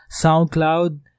SoundCloud